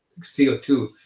co2